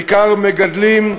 בעיקר מעל המגדלים.